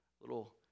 little